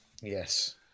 Yes